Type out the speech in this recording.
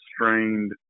strained